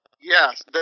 Yes